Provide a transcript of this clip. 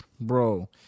Bro